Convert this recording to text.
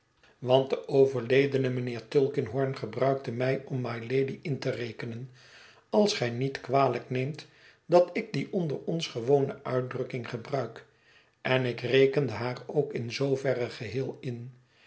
huis de overledene mijnheer tulkinghorn gebruikte mij om mylady in te rekenen als gij niet kwalijk neemt dat ik die onder ons gewone uitdrukking gebruik en ik rekende haar ook in zooverre geheel in